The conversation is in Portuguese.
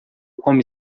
come